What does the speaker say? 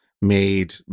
made